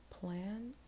Plan